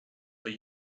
but